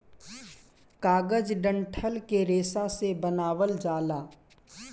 कागज डंठल के रेशा से बनावल जाला